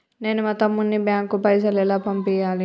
నేను మా తమ్ముని బ్యాంకుకు పైసలు ఎలా పంపియ్యాలి?